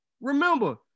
Remember